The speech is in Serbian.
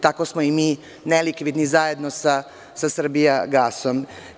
Tako smo i mi nelikvidni zajedno sa „Srbijagasom“